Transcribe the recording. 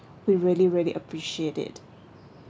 we really really appreciate it